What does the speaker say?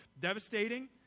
devastating